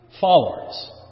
followers